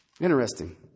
Interesting